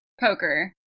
poker